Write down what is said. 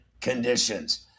conditions